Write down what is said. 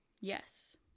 yes